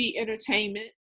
Entertainment